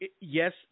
Yes